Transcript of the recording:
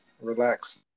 relax